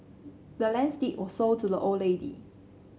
the land's deed were sold to the old lady